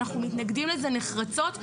אנחנו מתנגדים לזה נחרצות.